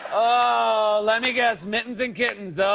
oh, let me guess mittens and kittens. ah